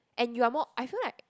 and you are more I feel like